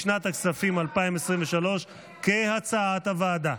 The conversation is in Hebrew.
לשנת הכספים 2023, כהצעת הוועדה.